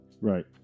Right